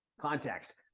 context